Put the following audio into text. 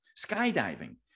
Skydiving